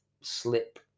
slip